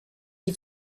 die